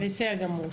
אוקיי, בסדר גמור.